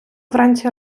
вранці